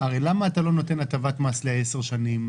הרי למה אתה לא נותן הטבת מס ל-10 שנים?